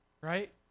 Right